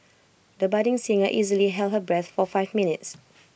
the budding singer easily held her breath for five minutes